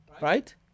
Right